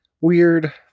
weird